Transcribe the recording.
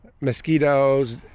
mosquitoes